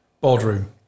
boardroom